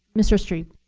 mr. strebe.